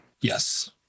yes